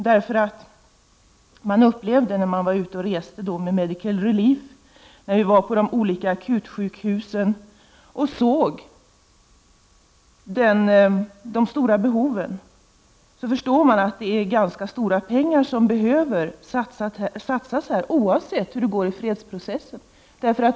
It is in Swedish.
När vi reste omkring med Medical Relief till de olika akutsjukhusen och såg de stora behoven förstod vi att det behöver satsas ganska stora pengar där oavsett hur det går i fredsprocessen.